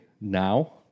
now